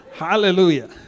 Hallelujah